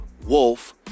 Wolf